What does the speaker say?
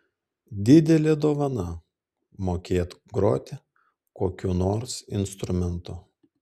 didelė dovana mokėt groti kokiu nors instrumentu